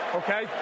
okay